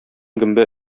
гөмбә